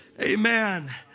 amen